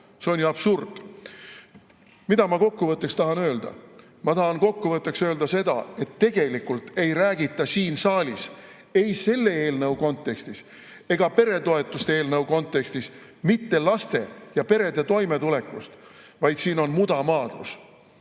See on ju absurd! Mida ma kokkuvõtteks tahan öelda? Ma tahan kokkuvõtteks öelda seda, et tegelikult ei räägita siin saalis ei selle eelnõu kontekstis ega peretoetuste eelnõu kontekstis mitte laste ja perede toimetulekust, vaid siin on mudamaadlus.